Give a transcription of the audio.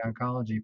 oncology